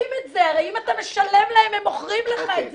הרי אם אתה משלם להם, הם מוכרים לך את זה.